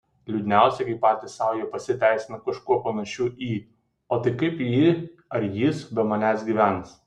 liūdniausia kai patys sau jie pasiteisina kažkuo panašiu į o tai kaip ji ar jis be manęs gyvens